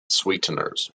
sweeteners